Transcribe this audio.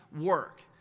work